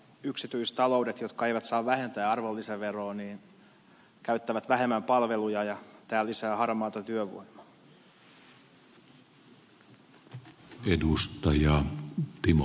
yksityistaloudet jotka eivät saa vähentää arvonlisäveroa käyttävät vähemmän palveluja ja tämä lisää harmaata työvoimaa